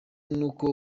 n’uko